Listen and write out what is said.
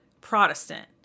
Protestant